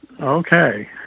Okay